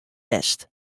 west